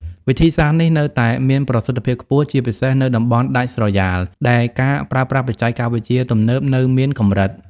វិធីសាស្រ្តនេះនៅតែមានប្រសិទ្ធភាពខ្ពស់ ជាពិសេសនៅតំបន់ដាច់ស្រយាលដែលការប្រើប្រាស់បច្ចេកវិទ្យាទំនើបនៅមានកម្រិត។